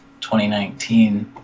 2019